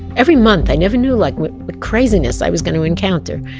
every month, i never knew like what what craziness i was going to encounter.